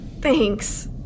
Thanks